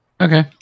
Okay